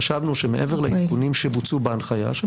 חשבנו שמעבר לעדכונים שבוצעו בהנחיה שהם